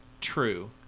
True